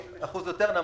אחוז יותר נמוך.